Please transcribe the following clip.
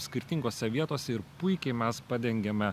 skirtingose vietose ir puikiai mes padengiame